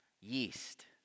Yeast